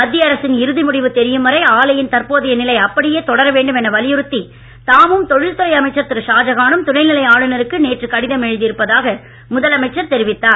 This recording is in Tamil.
மத்திய அரசின் இறுதி முடிவு தெரியும் வரை ஆலையின் தற்போதைய நிலை அப்படியே தொடர வேண்டும் என வலியுறுத்தி தாமும் தொழில்துறை அமைச்சர் திரு ஷாஜகானும் துணை நிலை ஆளுநருக்கு நேற்று கடிதம் எழுதியிருப்பதாக முதலமைச்சர் தெரிவித்தார்